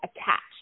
attached